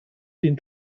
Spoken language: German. den